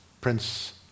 prince